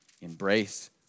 Embrace